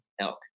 elk